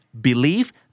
believe